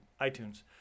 iTunes